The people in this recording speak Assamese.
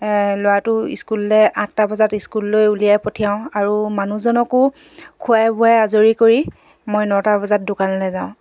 ল'ৰাটো স্কুললে আঠটা বজাত স্কুললৈ উলিয়াই পঠিয়াওঁ আৰু মানুহজনকো খোৱাই বোৱাই আজৰি কৰি মই নটা বজাত দোকানলে যাওঁ